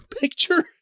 picture